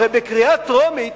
הרי בקריאה טרומית,